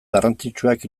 garrantzitsuak